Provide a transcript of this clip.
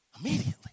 Immediately